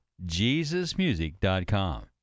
jesusmusic.com